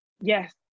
yes